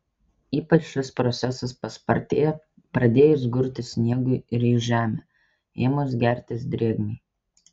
ypač šis procesas paspartėja pradėjus gurti sniegui ir į žemę ėmus gertis drėgmei